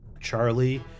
Charlie